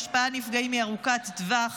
ההשפעה על הנפגעים היא ארוכת טווח